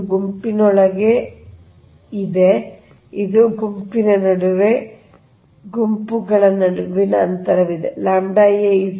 ಇದು ಗುಂಪಿನೊಳಗೆ ಇದೆ ಇದು ಗುಂಪಿನ ನಡುವೆ ಗುಂಪುಗಳ ನಡುವಿನ ಅಂತರವಾಗಿದೆ